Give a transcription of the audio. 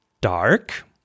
dark